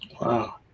wow